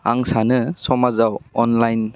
आं सानो समाजाव अनलाइन